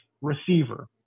receiver